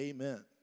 Amen